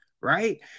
right